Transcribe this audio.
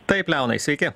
taip leonai sveiki